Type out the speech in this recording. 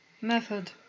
method